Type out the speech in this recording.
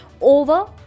over